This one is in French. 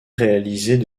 réalisées